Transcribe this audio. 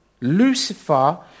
Lucifer